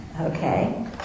Okay